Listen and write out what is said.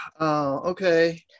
Okay